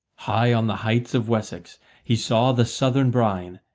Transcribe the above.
high on the heights of wessex he saw the southern brine,